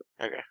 Okay